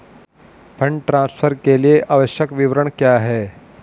Fund transfer के लिए आवश्यक विवरण क्या हैं?